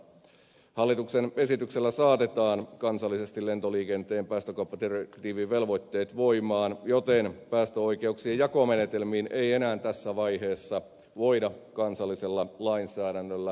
hallituksen esityksellä saatetaan kansallisesti lentoliikenteen päästökauppadirektiivin velvoitteet voimaan joten päästöoikeuksien jakomenetelmiin ei enää tässä vaiheessa voida kansallisella lainsäädännöllä vaikuttaa